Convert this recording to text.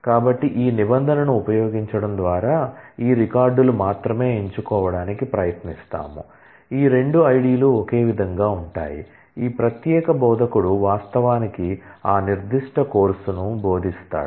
కాబట్టి ఈ నిబంధనను ఉపయోగించడం ద్వారా ఈ రికార్డులు మాత్రమే ఎంచుకోవడానికి ప్రయత్నిస్తాము ఈ 2 ఐడిలు ఒకే విధంగా ఉంటాయి ఈ ప్రత్యేక బోధకుడు వాస్తవానికి ఆ నిర్దిష్ట కోర్సును బోధిస్తాడు